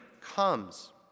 comes